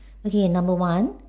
okay number one